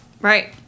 Right